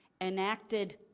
enacted